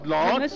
Lord